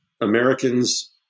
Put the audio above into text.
Americans